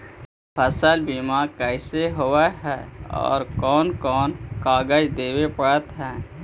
फसल बिमा कैसे होब है और कोन कोन कागज देबे पड़तै है?